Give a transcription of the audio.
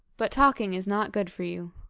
but talking is not good for you.